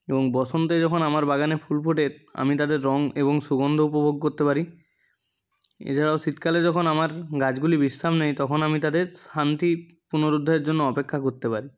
এবং বসন্তে যখন আমার বাগানে ফুল ফোটে আমি তাদের রঙ এবং সুগন্ধ উপভোগ করতে পারি এছাড়া শীতকালে যখন আমার গাছগুলি বিশ্রাম নেয় আমি তাদের শান্তি পুনরুদ্ধায়ের জন্য অপেক্ষা করতে পারি